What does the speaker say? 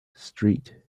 street